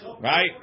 Right